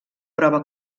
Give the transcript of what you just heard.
prova